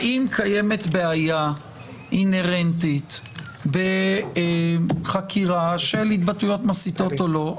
האם קיימת בעיה אינהרנטית בחקירה של התבטאויות מסיתות או לא,